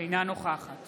אינה נוכחת